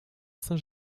saint